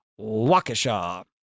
Waukesha